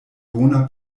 bona